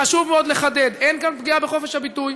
חשוב מאוד לחדד: אין כאן פגיעה בחופש הביטוי,